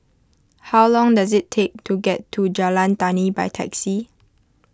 how long does it take to get to Jalan Tani by taxi